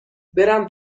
برم